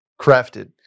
crafted